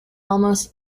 almost